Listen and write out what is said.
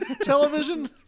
television